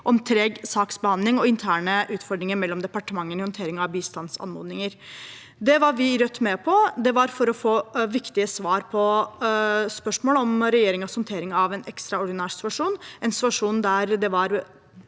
om treg saksbehandling og interne utfordringer mellom departementene i håndteringen av bistandsanmodninger. Det var vi i Rødt med på. Det var for å få viktige svar på spørsmål om regjeringens håndtering av en ekstraordinær situasjon,